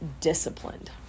disciplined